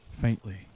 faintly